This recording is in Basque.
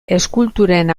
eskulturen